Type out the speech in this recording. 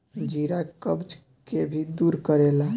जीरा कब्ज के भी दूर करेला